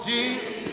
Jesus